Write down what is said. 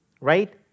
Right